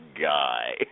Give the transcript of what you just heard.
guy